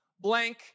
blank